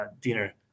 dinner